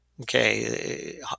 Okay